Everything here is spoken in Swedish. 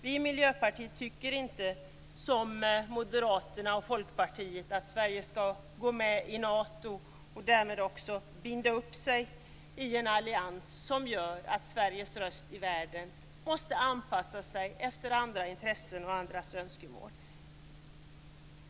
Vi i Miljöpartiet tycker inte som Moderaterna och Folkpartiet, dvs. att Sverige skall gå med i Nato och därmed binda upp sig i en allians som gör att Sveriges röst i världen måste anpassa sig efter andra intressen och andras önskemål.